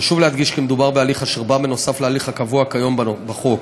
חשוב להדגיש כי מדובר בהליך אשר בא נוסף על ההליך הקבוע כיום בחוק.